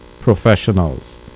Professionals